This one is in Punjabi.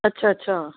ਅੱਛਾ ਅੱਛਾ